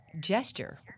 gesture